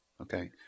okay